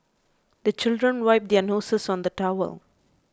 the children wipe their noses on the towel